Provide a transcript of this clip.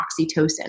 oxytocin